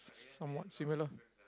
somewhat similar